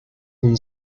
than